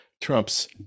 Trump's